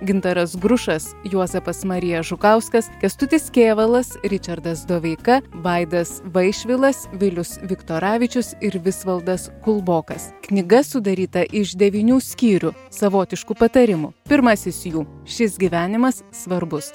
gintaras grušas juozapas marija žukauskas kęstutis kėvalas ričardas doveika vaidas vaišvilas vilius viktoravičius ir visvaldas kulbokas knyga sudaryta iš devynių skyrių savotiškų patarimų pirmasis jų šis gyvenimas svarbus